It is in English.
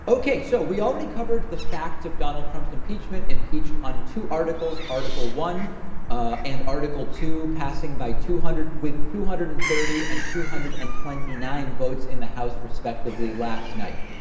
okay, so we already covered the facts of donald trump's impeachment. impeached on two articles, article one and article two passing by two hundred with two hundred and thirty and two hundred and twenty nine votes in the house respectively last night.